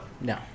No